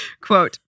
Quote